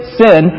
sin